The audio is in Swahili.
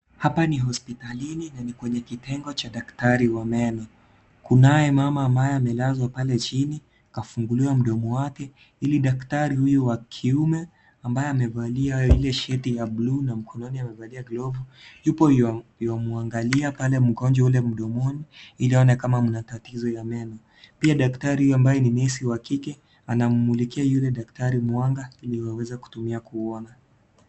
Hapa ni hospitalini na ni kwenye kitengo cha daktari wa meno, kunaye mama ambaye amelazwa pale chini kafunguliwa mdomo wake ili daktari huyu wa kiume ambaye amevalia ile shati ya bluu na mkongoni amevalia glovu yupo yu anamwangalia pale mgonjwa Ile mdomoni ili aone kama kuna tatizo ya meno, pia daktari huyo ambaye ni nesi wa kike anamulikia yule daktari mwanga ili waweze kutumia kuona.